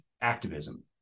activism